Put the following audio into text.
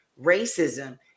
racism